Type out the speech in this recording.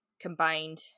Combined